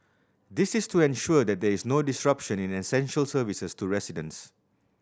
this is to ensure that there is no disruption in essential services to residents